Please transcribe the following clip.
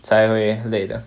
才会累的